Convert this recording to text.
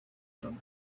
them